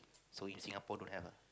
so in Singapore don't have ah